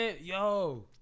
Yo